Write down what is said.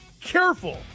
careful